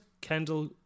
Kendall